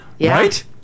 Right